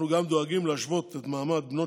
אנחנו גם דואגים להשוות את מעמדן של בנות